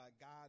God